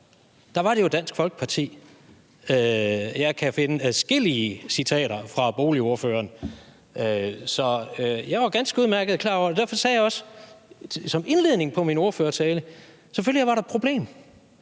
der fremførte det hårdest. Jeg kan finde adskillige citater af boligordføreren. Jeg var ganske udmærket klar over det, og derfor sagde jeg også som indledning til min ordførertale, at selvfølgelig var der et problem.